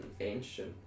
ancient